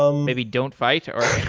um maybe don't fight or